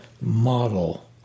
model